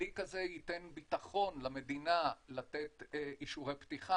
כלי כזה ייתן ביטחון למדינה לתת אישורי פתיחה